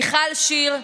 מיכל שיר,